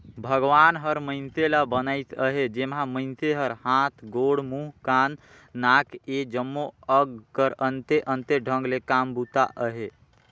भगवान हर मइनसे ल बनाइस अहे जेम्हा मइनसे कर हाथ, गोड़, मुंह, कान, नाक ए जम्मो अग कर अन्ते अन्ते ढंग ले काम बूता अहे